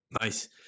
Nice